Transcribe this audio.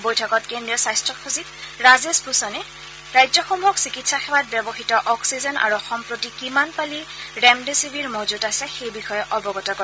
বৈঠকত কেন্দ্ৰীয় স্বাস্থ্য সচিব ৰাজেশ ভূষণে ৰাজ্যসমূহক চিকিৎসা সেৱাত ব্যৱহাত অক্সিজেন আৰু সম্প্ৰতি কিমান পালি ৰেমডেছিৱিৰ মজুত আছে সেই বিষয়ে অৱগত কৰে